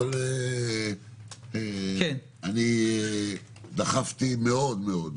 אבל אני דחפתי מאוד מאוד,